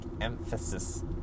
emphasis